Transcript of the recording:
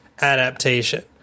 adaptation